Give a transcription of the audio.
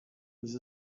with